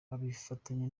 bafitanye